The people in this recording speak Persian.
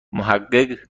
محقق